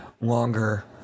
longer